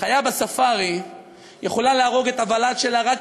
חיה בספארי יכולה להרוג את הוולד שלה רק